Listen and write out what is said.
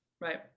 right